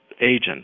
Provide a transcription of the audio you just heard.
agent